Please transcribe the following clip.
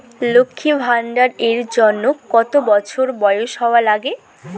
লক্ষী ভান্ডার এর জন্যে কতো বছর বয়স হওয়া লাগে?